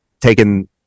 taken